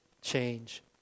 change